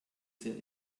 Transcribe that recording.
sehr